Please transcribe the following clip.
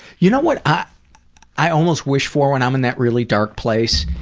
you know what i i almost wish for when i'm in that really dark place,